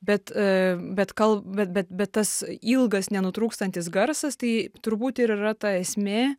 bet a bet kal bet bet bet tas ilgas nenutrūkstantis garsas tai turbūt ir yra ta esmė